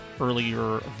earlier